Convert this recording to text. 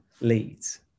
leads